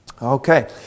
Okay